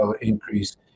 increase